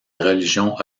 religion